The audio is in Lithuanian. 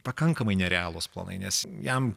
pakankamai nerealūs planai nes jam